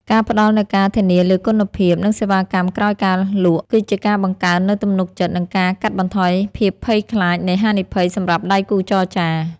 ការផ្តល់នូវការធានាលើគុណភាព និងសេវាកម្មក្រោយការលក់ គឺជាការបង្កើននូវទំនុកចិត្ត និងការកាត់បន្ថយភាពភ័យខ្លាចនៃហានិភ័យសម្រាប់ដៃគូចរចា។